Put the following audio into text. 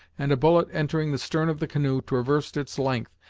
and a bullet entering the stern of the canoe traversed its length,